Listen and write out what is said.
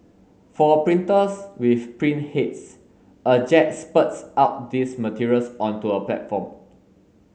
for printers with print heads a jet spurts out these materials onto a platform